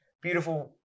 beautiful